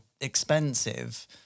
expensive